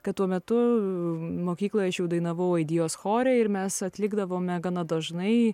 kad tuo metu mokykloje aš jau dainavau aidijos chore ir mes atlikdavome gana dažnai